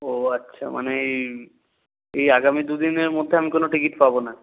ও আচ্ছা মানে এই এই আগামী দু দিনের মধ্যে আমি কোনও টিকিট পাবো না